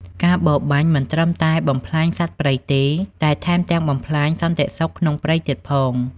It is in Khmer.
ការបរបាញ់មិនត្រឹមតែបំផ្លាញសត្វព្រៃទេ តែថែមទាំងបំផ្លាញសន្តិសុខក្នុងព្រៃទៀតផង។